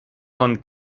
von